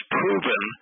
proven